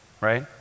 right